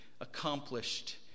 accomplished